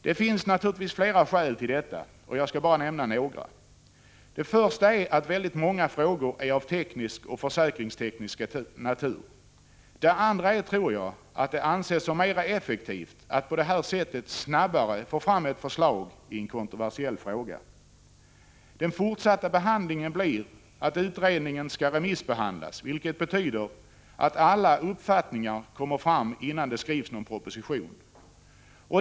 Det finns naturligtvis flera skäl till att man valt en enmansutredning. Jag skall bara nämna några. Det första är att väldigt många frågor är av teknisk och försäkringsteknisk natur. Det andra är, tror jag, att det anses mera effektivt att på det här sättet snabbare få fram ett förslag i en kontroversiell fråga. Den fortsatta behandlingen blir att utredningens betänkande skall remissbehandlas, vilket betyder att alla uppfattningar kommer fram innan det skrivs någon proposition.